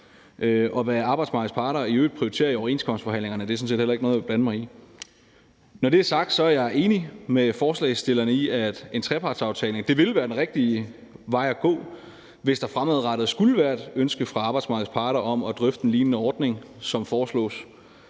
og hvad arbejdsmarkedets parter i øvrigt prioriterer ved overenskomstforhandlingerne, er sådan set heller ikke noget, jeg vil blande mig i. Når det er sagt, er jeg enig med forslagsstillerne i, at en trepartsaftale vil være den rigtige vej at gå, hvis der fremadrettet skulle være et ønske fra arbejdsmarkedets parter om at drøfte en lignende ordning, som det foreslås.